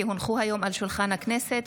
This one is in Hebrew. כי הונחו היום על שולחן הכנסת,